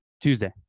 Tuesday